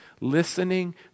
Listening